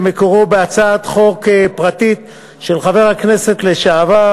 שמקורו בהצעת חוק פרטית של חבר הכנסת לשעבר